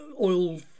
oil